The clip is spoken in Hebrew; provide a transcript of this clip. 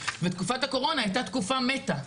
ותקופת הקורונה היתה תקופה מתה.